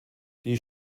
die